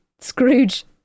scrooge